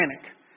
panic